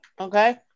Okay